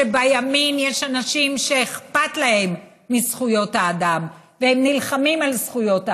שבימין יש אנשים שאכפת להם מזכויות האדם והם נלחמים על זכויות האדם.